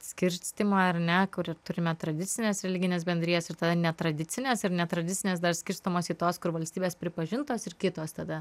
skirstymą ar ne kur turime tradicines religines bendrijas ir tada netradicines ir netradicinės dar skirstomos į tos kur valstybės pripažintos ir kitos tada